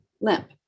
limp